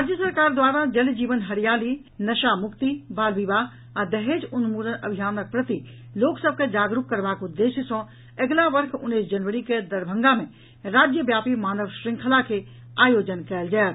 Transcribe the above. राज्य सरकार द्वारा जल जीवन हरियाली नशा मुक्ति बाल विवाह आ दहेज उन्मूलन अभियानक प्रति लोक सभ के जागरूक करबाक उद्देश्य सँ अगिला वर्ष उन्नैस जनवरी के दरभंगा मे राज्यव्यापी मानव श्रृंखला के आयोजन कयल जायत